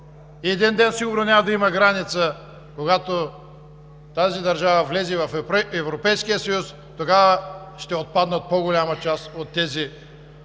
един ден сигурно няма да имаме граница, когато тази държава влезе в Европейския съюз и тогава ще отпаднат по-голяма част от тези